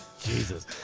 Jesus